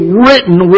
written